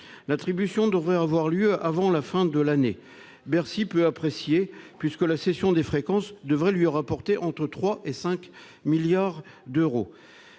des fréquences devrait avoir lieu avant la fin de l'année. Bercy peut apprécier, puisque la cession des fréquences devrait lui rapporter entre 3 et 5 milliards d'euros.